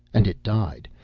and it died,